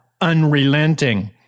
unrelenting